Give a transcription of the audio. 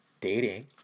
dating